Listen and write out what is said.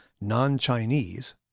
non-Chinese